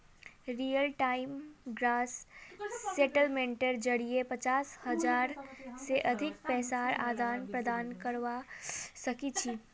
real time gross सेटलमेंटेर जरिये पचास हज़ार से अधिक पैसार आदान प्रदान करवा सक छी